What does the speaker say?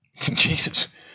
Jesus